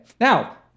Now